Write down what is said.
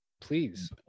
please